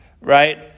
right